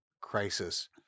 crisis